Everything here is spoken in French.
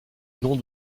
nom